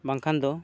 ᱵᱟᱝᱠᱷᱟᱱ ᱫᱚ